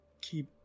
keep